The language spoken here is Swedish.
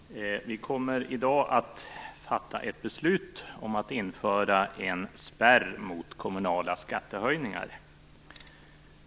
Fru talman! Vi kommer i dag att fatta ett beslut om att införa en spärr mot kommunala skattehöjningar.